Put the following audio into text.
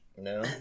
No